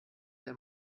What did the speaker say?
der